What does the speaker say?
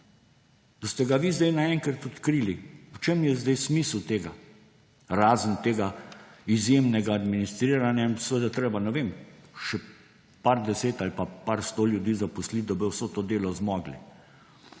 da ste ga vi zdaj naenkrat odkrili. V čem je sedaj smisel tega? Razen tega izjemnega administriranja in seveda je treba še nekaj deset ali pa nekaj sto ljudi zaposliti, da bodo vse to delo zmogli.